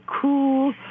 cool